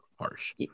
harsh